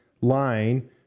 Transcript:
line